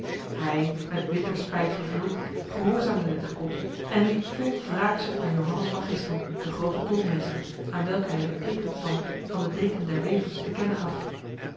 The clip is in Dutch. hij met bitter spijt vervuld gehoorzaamde dit gebod en liep vol wraakzucht naar johannes van gistel de grote tolmeester aan welke hij de tegenstand van de deken der wevers te kennen gaf